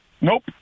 Nope